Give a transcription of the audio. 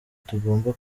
tugomba